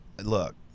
look